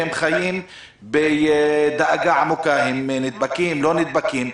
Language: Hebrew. והן חיות בדאגה עמוקה: אם נדבקו, לא נדבקו.